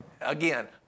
again